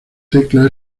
teclas